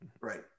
Right